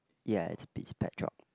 ya it's Pete's pet shop